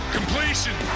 Completion